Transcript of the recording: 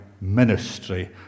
ministry